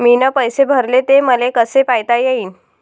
मीन पैसे भरले, ते मले कसे पायता येईन?